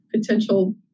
potential